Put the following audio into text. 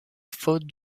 faute